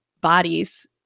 bodies